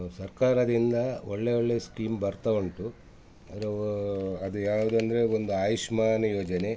ಸರ್ಕಾರದಿಂದ ಒಳ್ಳೆಯ ಒಳ್ಳೆಯ ಸ್ಕೀಮ್ ಬರ್ತಾ ಉಂಟು ಅದು ಅದು ಯಾವುದಂದ್ರೆ ಒಂದು ಆಯುಷ್ಮಾನ್ ಯೋಜನೆ